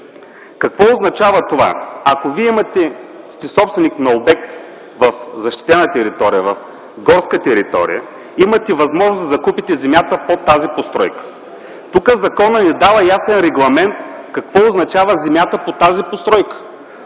Какво означава това? Ако вие сте собственик на обект в защитена територия, в горска територия, имате възможност да закупите земята под тази постройка. Тук законът не дава ясен регламент какво означава земята под тази постройка